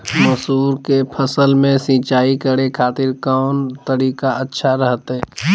मसूर के फसल में सिंचाई करे खातिर कौन तरीका अच्छा रहतय?